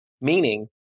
Meaning